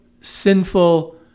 sinful